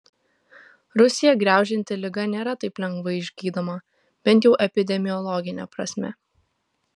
rusiją graužianti liga nėra taip lengvai išgydoma bent jau epidemiologine prasme